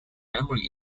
memory